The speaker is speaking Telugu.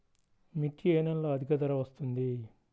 మిర్చి ఏ నెలలో అధిక ధర వస్తుంది?